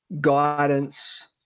guidance